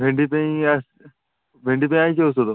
ଭେଣ୍ଡି ପାଇଁ ଆସ ଭେଣ୍ଡି ପାଇଁ ଆସିଛି ଔଷଧ